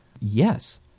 Yes